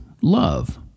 love